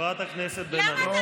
חברת הכנסת בן ארי.